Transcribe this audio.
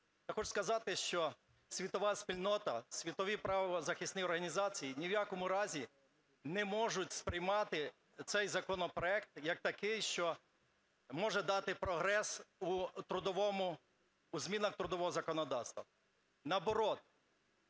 Я хочу сказати, що світова спільнота, світові правозахисні організації ні в якому разі не можуть сприймати цей законопроект як такий, що може дати прогрес у змінах трудового законодавства.